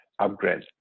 upgrade